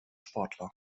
sportler